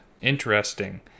interesting